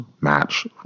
match